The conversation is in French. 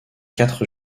quatre